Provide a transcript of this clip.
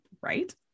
Right